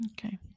Okay